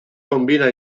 combina